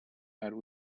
her